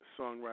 songwriter